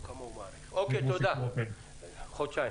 חודשיים.